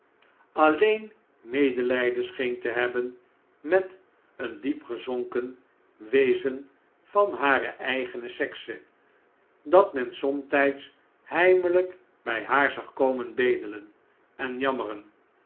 alleen medelijden scheen te hebben met een diepgezonken wezen van hare eigene sekse dat men somtijds heimelijk bij haar zag komen bedelen enjammeren